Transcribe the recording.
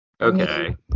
Okay